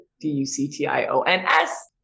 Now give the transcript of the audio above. D-U-C-T-I-O-N-S